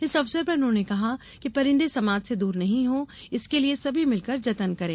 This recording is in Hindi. इस अवसर पर उन्होंने कहा कि परिंदे समाज से दूर नहीं हों इसके लिए सभी मिलकर जतन करें